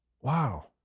wow